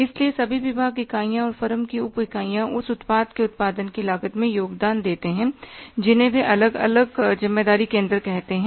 इसलिए सभी विभाग इकाइयाँ और फर्म के उप इकाइयां उस उत्पाद के उत्पादन की लागत में योगदान देते हैं जिन्हें वे अलग अलग ज़िम्मेदारी केंद्र कहते हैं